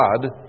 God